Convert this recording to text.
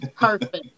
perfect